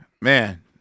man